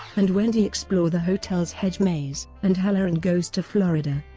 and wendy explore the hotel's hedge maze, and hallorann goes to florida.